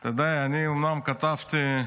אתה יודע, אני אומנם כתבתי,